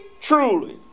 truly